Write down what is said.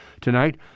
Tonight